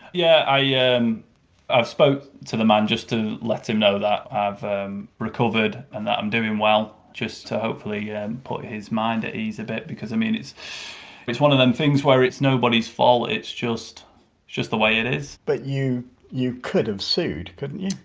yeah, yeah i've spoke to the man, just to let him know that i've recovered and that i'm doing well, just to hopefully and put his mind at ease a bit because i mean it's it's one of them things where it's nobody's fault, it's just just the way it is but you you could have sued couldn't you?